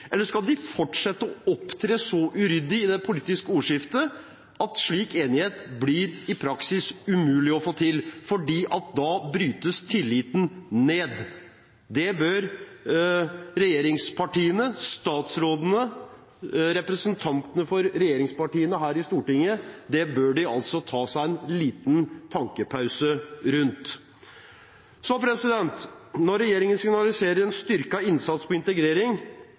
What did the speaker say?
eller skal de fortsette å opptre så uryddig i det politiske ordskiftet at slik enighet i praksis blir umulig å få til? Da brytes tilliten ned. Det bør regjeringspartiene, statsrådene og representantene for regjeringspartiene her i Stortinget ta seg en liten tenkepause rundt. Når regjeringen signaliserer en styrket innsats for integrering,